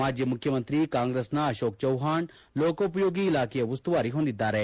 ಮಾಜಿ ಮುಖ್ಶಮಂತ್ರಿ ಕಾಂಗ್ರೆಸ್ನ ಅಶೋಕ್ ಚೌವಾಣ್ ಲೋಕೋಪಯೋಗಿ ಇಲಾಖೆಯ ಉಸ್ತುವಾರಿ ಹೊಂದಿದ್ದಾರೆ